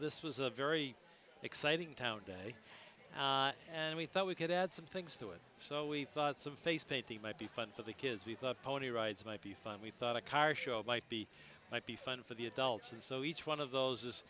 this was a very exciting town day and we thought we could add some things to it so we thought some face paint the might be fun for the kids we thought pony rides might be fun we thought a car show might be might be fun for the adults and so each one of those is